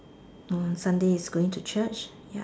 hmm Sunday is going to Church yup